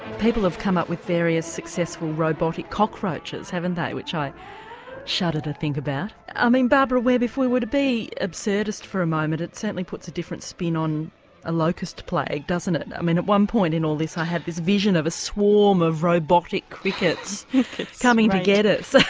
people have come up with various successful robotic cockroaches, haven't they, which i shudder to think about. i mean, barbara webb, if we were to be absurdist for a moment it certainly puts a different spin on a locust plague, doesn't it, i mean at one point in all this i have this vision of a swarm of robotic crickets coming to get us.